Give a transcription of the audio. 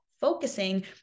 focusing